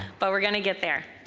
but we're gonna get there.